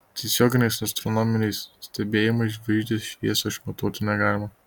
tiesioginiais astronominiais stebėjimais žvaigždės šviesio išmatuoti negalima